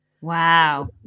Wow